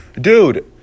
dude